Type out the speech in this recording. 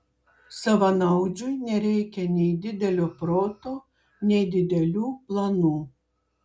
savanaudžiui nereikia nei didelio proto nei didelių planų